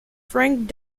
frank